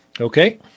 Okay